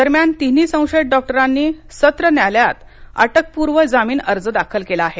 दरम्यान तिन्ही संशयित डॉक्टरनी सत्र न्यायालयात अटकपूर्व जामीन अर्ज दाखल केला आहे